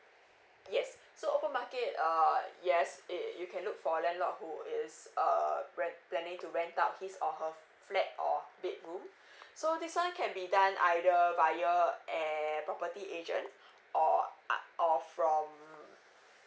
yes so open market uh yes it you can look for landlord who is err rent planning to rent out his or her flat or bedroom so this one can be done either via an property agent or uh or from